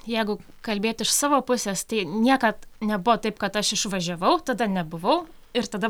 jeigu kalbėti iš savo pusės tai niekad nebuvo taip kad aš išvažiavau tada nebuvau ir tada